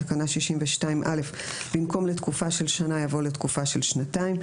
בתקנה 62(א) במקום "לתקופה של שנה" יבוא "לתקופה של שנתיים".